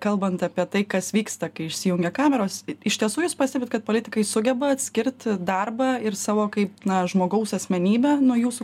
kalbant apie tai kas vyksta kai išsijungia kameros iš tiesų jūs pastebit kad politikai sugeba atskirti darbą ir savo kaip na žmogaus asmenybę nuo jūsų